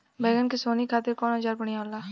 बैगन के सोहनी खातिर कौन औजार बढ़िया होला?